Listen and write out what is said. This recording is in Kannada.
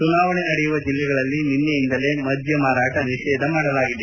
ಚುನಾವಣೆ ನಡೆಯುವ ಜೆಲ್ಲೆಗಳಲ್ಲಿ ನಿನ್ನೆಯಿಂದಲೇ ಮದ್ಯ ಮಾರಾಟ ನಿಷೇಧ ಮಾಡಲಾಗಿದೆ